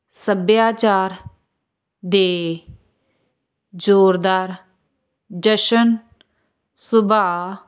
ਸੱਭਿਆਚਾਰ ਦੇ ਜ਼ੋਰਦਾਰ ਜਸ਼ਨ ਸੁਭਾਅ